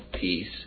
peace